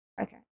Okay